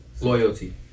loyalty